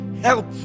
help